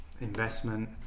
investment